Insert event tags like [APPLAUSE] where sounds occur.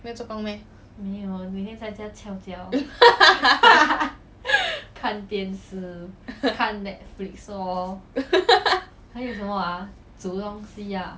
没有做工 meh [LAUGHS]